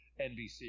NBC